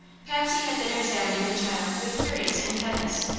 patsy had been examining the child with curious intentness.